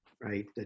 Right